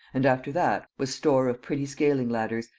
and after that, was store of pretty scaling-ladders,